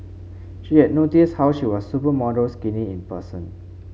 she had noticed how she was supermodel skinny in person